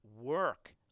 work